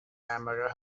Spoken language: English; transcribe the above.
hamburger